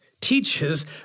teaches